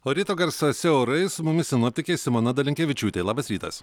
o ryto garsuose orai su mumis sinoptikė simona dalinkevičiūtė labas rytas